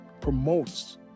promotes